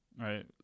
right